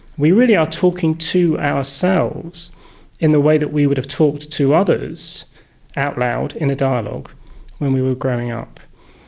we really are talking to ourselves in the way that we would have talked to others out loud in a dialogue when we were growing up.